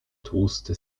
tłusty